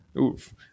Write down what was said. Oof